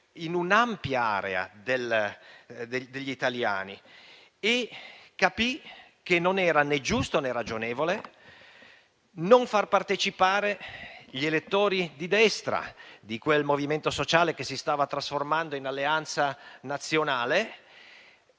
con un'ampia area degli italiani. Capì che non era né giusto, né ragionevole non far partecipare gli elettori di destra, di quel Movimento Sociale che si stava trasformando in Alleanza Nazionale,